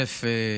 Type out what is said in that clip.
א.